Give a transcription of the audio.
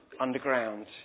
underground